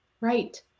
Right